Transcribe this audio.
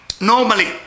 Normally